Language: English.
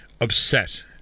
upset